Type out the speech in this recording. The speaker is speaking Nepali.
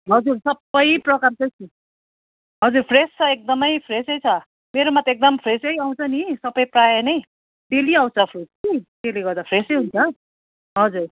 हजुर सबै प्रकारको फ्रुट्स हजुर फ्रेस छ एकदमै फ्रेसै छ मेरोमा त एकदमै फ्रेसै आउँछ नि सबै प्रायः नै डेली आउँछ फ्रुट्स कि त्यसले गर्दा फ्रेसै हुन्छ हजुर